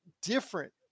different